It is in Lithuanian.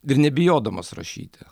ir nebijodamas rašyti